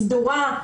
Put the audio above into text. סדורה,